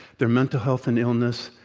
their mental health and illness,